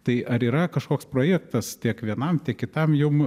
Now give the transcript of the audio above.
tai ar yra kažkoks projektas tiek vienam kitam jum